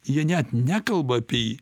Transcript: jie net nekalba apie jį